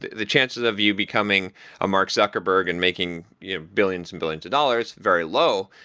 the chances of you becoming a mark zuckerberg and making you know billions and billions of dollars, very low,